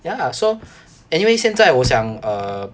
ya so anyway 现在我想 err